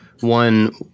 one